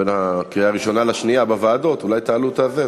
בין הקריאה הראשונה לשנייה בוועדות אולי תעלו את זה,